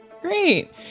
Great